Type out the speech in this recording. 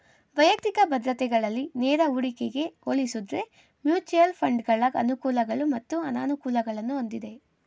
ವೈಯಕ್ತಿಕ ಭದ್ರತೆಗಳಲ್ಲಿ ನೇರ ಹೂಡಿಕೆಗೆ ಹೋಲಿಸುದ್ರೆ ಮ್ಯೂಚುಯಲ್ ಫಂಡ್ಗಳ ಅನುಕೂಲಗಳು ಮತ್ತು ಅನಾನುಕೂಲಗಳನ್ನು ಹೊಂದಿದೆ